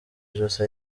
ijosi